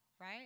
right